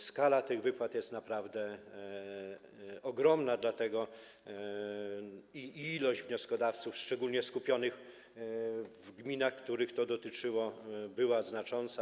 Skala tych wypłat jest naprawdę ogromna, bo ilość wnioskodawców, szczególnie skupionych w gminach, których to dotyczyło, była znacząca.